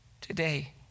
today